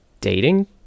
dating